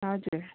हजुर